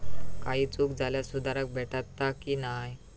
काही चूक झाल्यास सुधारक भेटता की नाय?